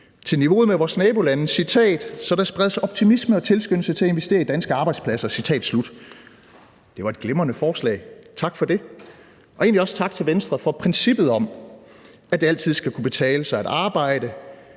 til niveau med vores nabolande, »så der spredes optimisme og tilskyndelse til at investere i danske arbejdspladser.« Det var et glimrende forslag, tak for det. Og egentlig også tak til Venstre for princippet om, at det altid skal kunne betale sig at arbejde.